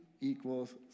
equals